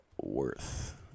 worth